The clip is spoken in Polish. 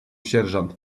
sierżant